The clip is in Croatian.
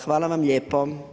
Hvala vam lijepo.